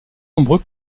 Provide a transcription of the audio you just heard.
nombreux